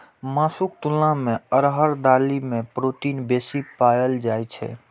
मासुक तुलना मे अरहर दालि मे प्रोटीन बेसी पाएल जाइ छै